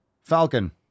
Falcon